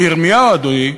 וירמיהו, אדוני,